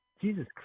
Jesus